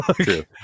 True